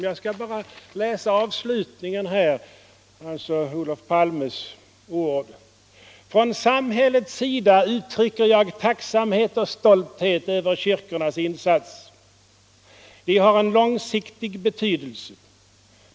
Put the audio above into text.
Jag skall läsa upp avslutningen av Olof Palmes anförande: ”Från samhällets sida uttrycker jag tacksamhet och stolthet över kyrkornas insats. De har en långsiktig betydelse.